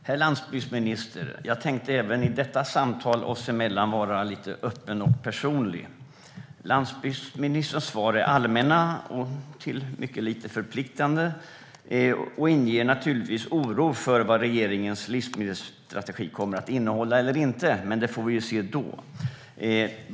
Herr talman! Jag tänkte även i detta samtal oss emellan, herr landsbygdsminister, vara lite öppen och personlig. Landsbygdsministerns svar är allmänna och till mycket lite förpliktande. De inger oro för vad regeringens livsmedelsstrategi kommer att innehålla eller inte, men det får vi se då.